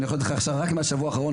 אני יכול לתת לך עכשיו רק מהשבוע האחרון